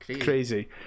Crazy